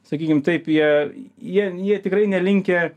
sakykim taip jie jie jie tikrai nelinkę